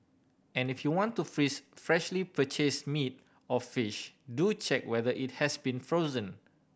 and if you want to freeze freshly purchase meat or fish do check whether it has been frozen